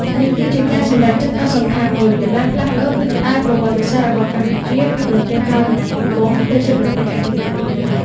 នេះគឺជាការសម្រេចចិត្តដ៏សំខាន់មួយ ដែលបានផ្លាស់ប្ដូរទិសដៅប្រវត្តិសាស្ត្ររបស់កម្ពុជាពីប្រទេសក្រោមអាណានិគម ទៅជាប្រទេសឯករាជ្យពេញលេញ។